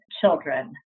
children